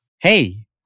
Hey